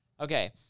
Okay